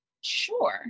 Sure